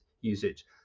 usage